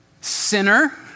sinner